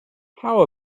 how